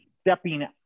stepping